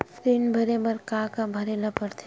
ऋण भरे बर का का करे ला परथे?